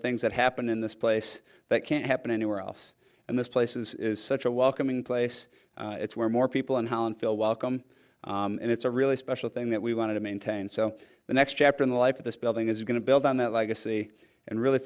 things that happened in this place that can't happen anywhere else and this place is such a welcoming place it's where more people in holland feel welcome and it's a really special thing that we want to maintain so the next chapter in the life of this building is going to build on that legacy and really